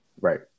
Right